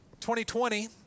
2020